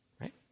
right